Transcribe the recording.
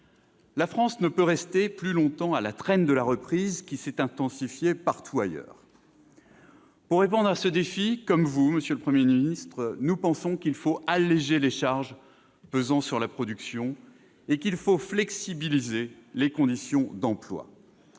La France ne peut rester plus longtemps à la traîne d'une reprise qui s'est intensifiée partout ailleurs. Pour répondre à ce défi, nous pensons comme vous, monsieur le Premier ministre, qu'il faut alléger les charges pesant sur la production et flexibiliser les conditions d'emploi.